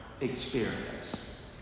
experience